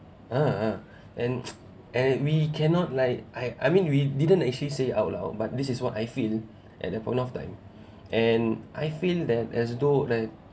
uh uh and and we cannot like I I mean we didn't actually say out loud but this is what I feel at that point of time and I feel that as though like